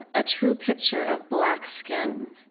a true picture of black skin,